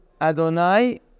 Adonai